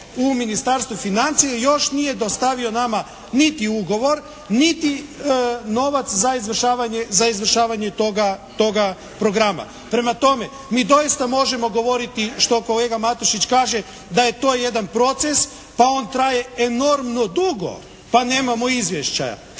u Ministarstvu financija još nije dostavio nama niti ugovor niti novac za izvršavanje toga programa. Prema tome mi doista možemo govoriti što kolega Matešić kaže da je to jedan proces pa on traje enormno dugo pa nemamo izvješća,